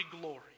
glory